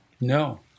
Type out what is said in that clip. No